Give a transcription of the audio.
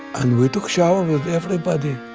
and we took shower with everybody.